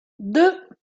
deux